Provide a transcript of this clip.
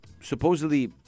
supposedly